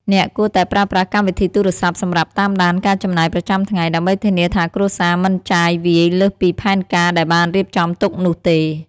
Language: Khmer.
អ្នកគួរតែប្រើប្រាស់កម្មវិធីទូរស័ព្ទសម្រាប់តាមដានការចំណាយប្រចាំថ្ងៃ ដើម្បីធានាថាគ្រួសារមិនចាយវាយលើសពីផែនការដែលបានរៀបចំទុកនោះទេ។